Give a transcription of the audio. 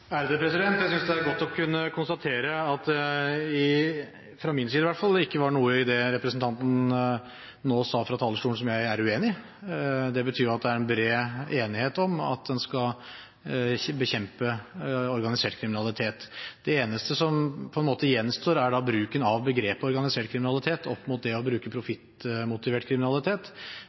godt å kunne konstatere at det, fra min side i hvert fall, ikke var noe i det representanten nå sa fra talerstolen, som jeg er uenig i. Det betyr at det er bred enighet om at en skal bekjempe organisert kriminalitet. Det eneste som da på en måte gjenstår, er bruken av begrepet «organisert kriminalitet» opp mot det å bruke «profittmotivert kriminalitet». Jeg tror at hvis en leser tildelingsbrevet, er det veldig vanskelig å argumentere i retning av at organisert kriminalitet